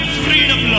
freedom